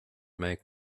make